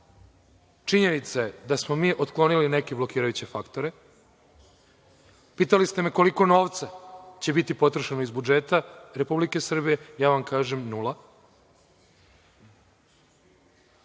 Činjenica je da smo mi otklonili neke blokirajuće faktore. Pitali ste me koliko novca će biti potrošeno iz budžeta Republike Srbije? Ja vam kažem nula.